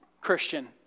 Christian